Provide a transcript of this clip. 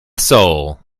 soul